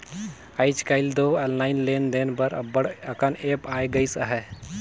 आएज काएल दो ऑनलाईन लेन देन बर अब्बड़ अकन ऐप आए गइस अहे